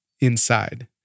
inside